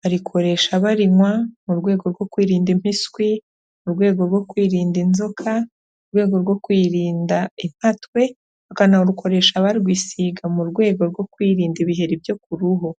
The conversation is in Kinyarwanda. Barikokoresha barinywa mu rwego rwo kwirinda impiswi, mu rwego rwo kwirinda inzoka, mu rwego rwo kwirinda impatwe, bakanarukoresha barwisiga mu rwego rwo kwirinda ibiheri byo ku ruhu.